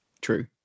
True